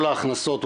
כל ההכנסות,